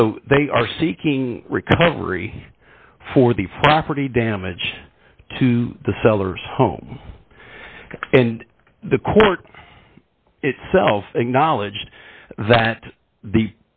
so they are seeking recovery for the property damage to the seller's home and the court itself knowledge that the